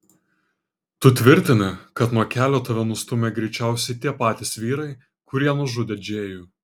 tu tvirtini kad nuo kelio tave nustūmė greičiausiai tie patys vyrai kurie nužudė džėjų